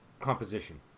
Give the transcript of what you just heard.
composition